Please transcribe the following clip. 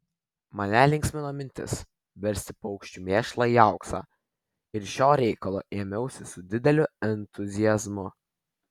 mane linksmino mintis versti paukščių mėšlą į auksą ir šio reikalo ėmiausi su dideliu entuziazmu